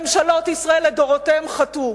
ממשלות ישראל לדורותיהן חטאו,